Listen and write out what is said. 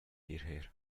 hierher